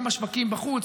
גם בשווקים בחוץ.